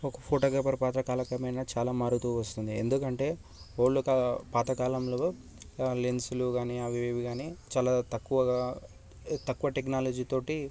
ఒక ఫోటోగ్రాఫర్ పాత్ర కాలక్రమేణా చాలా మారుతూ వస్తుంది ఎందుకంటే ఓల్డ్ కా పాతకాలంలో లెన్సులు గానీ అవి ఇవి గానీ చాలా తక్కువగా తక్కువ టెక్నాలజీ తోటి